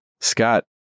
Scott